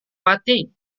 mati